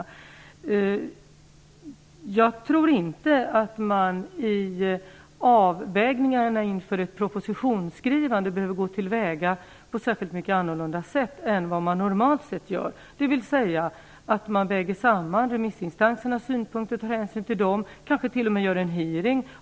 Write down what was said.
Jag tror inte att man i avvägningarna inför ett propositionsskrivande här behöver gå till väga på ett sätt som avviker särskilt mycket från det som man normalt gör. Man väger då samman remissinstansernas synpunkter och tar hänsyn till dem.